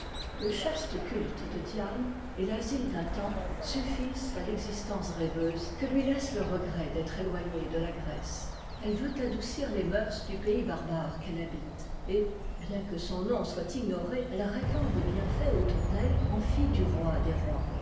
le chaste culte de diane et l'asile d'un temple suffisent à l'existence rêveuse que lui laisse le regret d'être éloignée de la grèce elle veut adoucir les mœurs du pays barbare qu'elle habite et bien que son nom soit ignoré elle répand des bienfaits autour d'elle en fille du roi des rois